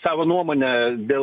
savo nuomonę dėl